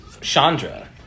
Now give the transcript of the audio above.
Chandra